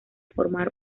formar